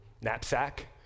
knapsack